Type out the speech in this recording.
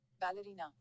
ballerina